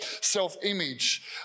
self-image